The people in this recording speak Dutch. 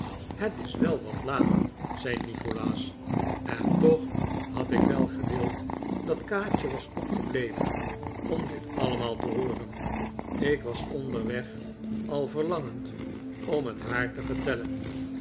het is wel wat laat zei nikolaas en toch had ik wel gewild dat kaatje was opgebleven om dit allemaal te hooren ik was onderweg al verlangend om het haar te vertellen